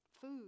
food